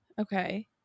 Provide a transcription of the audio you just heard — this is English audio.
Okay